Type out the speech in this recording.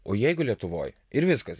o jeigu lietuvoj ir viskas